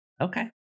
Okay